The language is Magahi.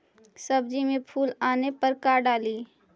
सब्जी मे फूल आने पर का डाली?